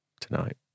Tonight